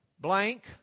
blank